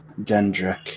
Dendrick